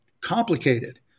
complicated